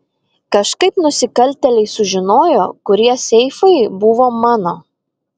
kažkaip nusikaltėliai sužinojo kurie seifai buvo mano